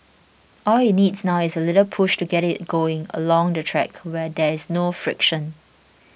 all it needs now is a little push to get it going along the track where there is no friction